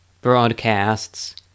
broadcasts